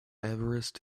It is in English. everest